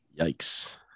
Yikes